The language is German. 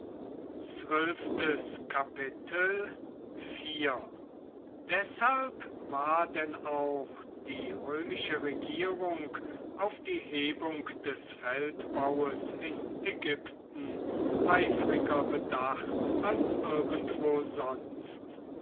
deshalb war denn auch die römische regierung auf die hebung des feldbaues in ägypten eifriger bedacht als irgendwo sonst